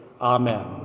Amen